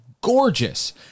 gorgeous